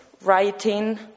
writing